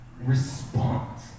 response